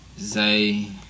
Zay